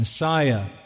Messiah